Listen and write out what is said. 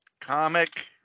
Comic